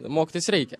mokytis reikia